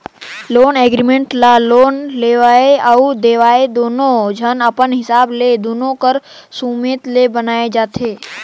loan agreement ल loan लेवइया अउ देवइया दुनो झन अपन हिसाब ले दुनो कर सुमेत ले बनाए जाथें